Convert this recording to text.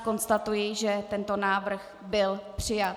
Konstatuji, že tento návrh byl přijat.